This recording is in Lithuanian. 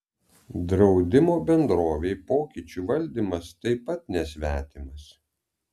draudimo bendrovei pokyčių valdymas taip pat nesvetimas